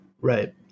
right